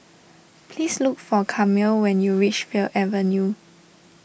please look for Camille when you reach Fir Avenue